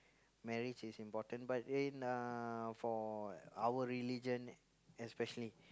marriage is important but in uh for our religion especially